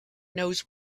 knows